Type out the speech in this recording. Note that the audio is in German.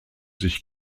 sich